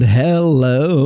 hello